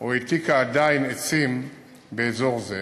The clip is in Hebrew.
או העתיקה עדיין עצים באזור זה.